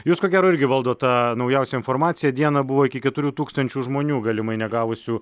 jūs ko gero irgi valdot tą naujausią informaciją dieną buvo iki keturių tūkstančių žmonių galimai negavusių